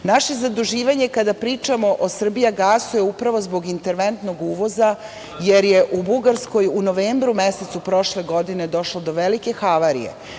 zaduživanje, kada pričamo o „Srbijagasu“, je upravo zbog interventnog uvoza, jer je u Bugarskoj u novembru mesecu prošle godine došlo do velike havarije